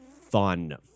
fun